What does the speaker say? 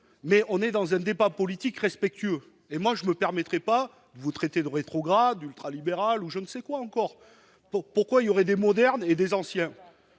engagés dans un débat politique respectueux : je ne me permettrais pas de vous traiter de rétrograde, d'ultralibéral ou de je ne sais quoi encore ! Pourquoi y aurait-il des modernes et des anciens ?